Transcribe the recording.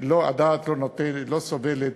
הדעת לא סובלת